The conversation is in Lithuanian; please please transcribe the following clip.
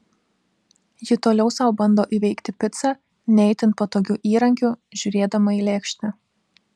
ji toliau sau bando įveikti picą ne itin patogiu įrankiu žiūrėdama į lėkštę